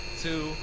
two